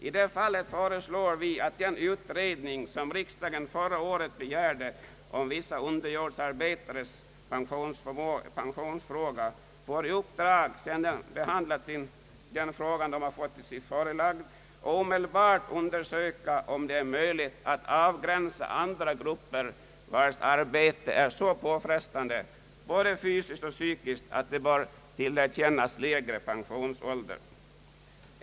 I det fallet föreslår vi att den utredning som riksdagen förra året begärde om vissa underjordsarbetares pensionsfråga får i uppdrag att — sedan den behandlat den fråga den fått sig förelagd — omedelbart undersöka om det är möjligt att avgränsa andra grupper, vilkas arbete är så påfrestande, både fysiskt och psykiskt, att de bör tillerkännas lägre pensionsålder.